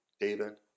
David